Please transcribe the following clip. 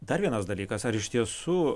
dar vienas dalykas ar iš tiesų